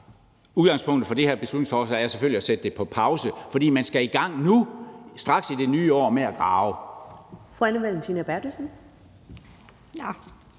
udgangspunktet for det her beslutningsforslag selvfølgelig er at sætte det på pause, fordi man skal i gang nu, straks i det nye år, med at grave.